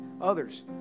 Others